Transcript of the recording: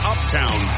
Uptown